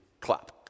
clap